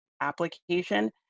application